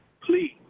Please